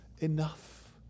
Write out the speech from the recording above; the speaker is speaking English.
enough